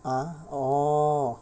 ah oh